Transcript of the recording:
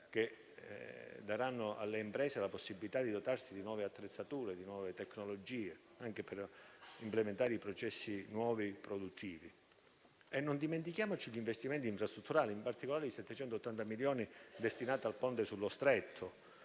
che daranno alle imprese la possibilità di dotarsi di nuove attrezzature, di nuove tecnologie anche per implementare i nuovi processi produttivi. Non dimentichiamoci gli investimenti infrastrutturali, in particolare i 780 milioni di euro destinati al ponte sullo Stretto,